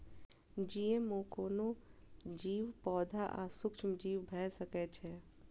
GMO कोनो जीव, पौधा आ सूक्ष्मजीव भए सकै छै